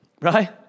Right